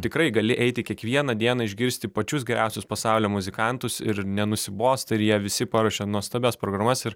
tikrai gali eiti kiekvieną dieną išgirsti pačius geriausius pasaulio muzikantus ir nenusibosta ir jie visi paruošia nuostabias programas ir